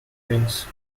prince